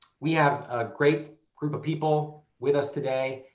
we have great group of people with us today.